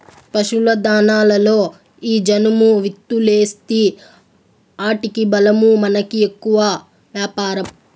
పశుల దాణాలలో ఈ జనుము విత్తూలేస్తీ ఆటికి బలమూ మనకి ఎక్కువ వ్యాపారం